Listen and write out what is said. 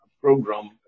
program